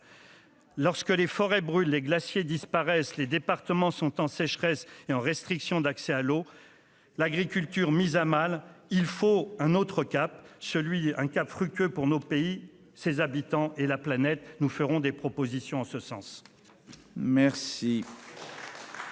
lorsque les forêts brûlent les glaciers disparaissent les départements sont en sécheresse et en restriction d'accès à l'eau, l'agriculture mise à mal, il faut un autre cap celui un cap fructueux pour nos pays, ses habitants et la planète, nous ferons des propositions en ce sens.